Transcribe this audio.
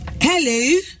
Hello